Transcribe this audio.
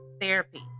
therapy